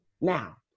Now